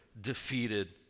defeated